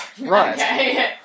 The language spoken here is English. Right